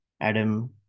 Adam